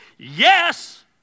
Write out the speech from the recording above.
Yes